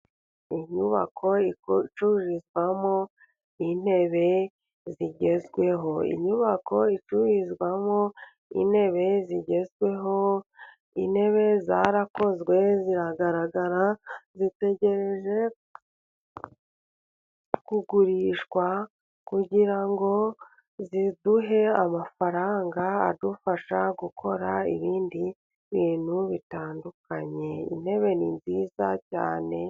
Inyubako icururizwamo intebe zigezweho. Inyubako icururizwamo intebe zigezweho，intebe zarakozwe， ziragaragara， zitegereje kugurishwa，kugira ngo ziduhe amafaranga，adufasha gukora ibindi bintu bitandukanye， intebe ni nziza cyane.